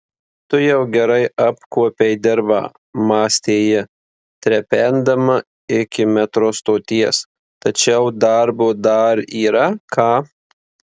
tu jau gerai apkuopei dirvą mąstė ji trependama iki metro stoties tačiau darbo dar yra ką